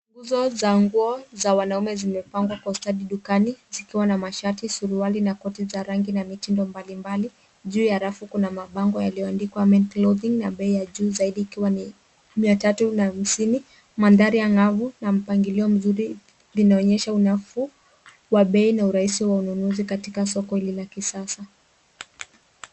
Nguzo za nguo za wanaume zimepangwa kwa ustadi dukani, zikiwa na mashati, suruali na koti za rangi na mitindo mbalimbali. Juu ya rafu kuna mabango yaliyoandikwa Men Clothing na bei ya juu zaidi ikiwa ni mia tatu na hamsini. Mandhari angavu na mpangilio mzuri vinaonyesha unafuu wa bei na urahisi wa ununuzi katika soko hili la kisasa.